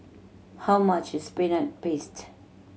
how much is Peanut Paste